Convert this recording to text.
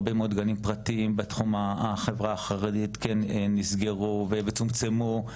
הרבה מאוד גנים פרטיים בתחום של החברה החרדית נסגרו וצומצמו.